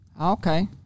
Okay